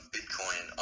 Bitcoin